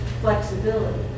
flexibility